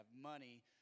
money